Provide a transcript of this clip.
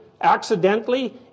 accidentally